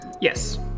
Yes